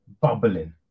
bubbling